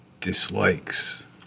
dislikes